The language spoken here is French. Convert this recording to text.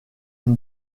une